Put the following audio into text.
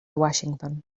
washington